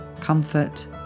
comfort